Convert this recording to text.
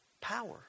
power